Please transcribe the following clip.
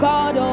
God